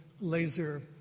laser